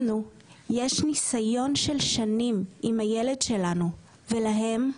לנו יש ניסיון של שנים עם הילד שלנו, ולהם?